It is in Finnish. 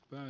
pää